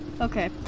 Okay